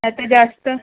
जास्तीत जास्त